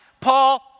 Paul